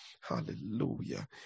Hallelujah